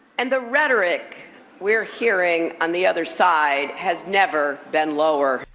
and the rhetoric we're hearing on the other side has never been lower.